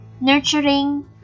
nurturing